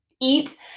eat